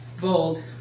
bold